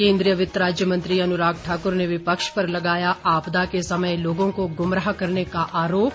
केंद्रीय वित्त राज्य मंत्री अनुराग ठाकुर ने विपक्ष पर लगाया आपदा के समय लोगों को गुमराह करने का आरोप